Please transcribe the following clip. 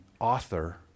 author